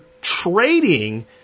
trading